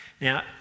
Now